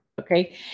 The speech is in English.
Okay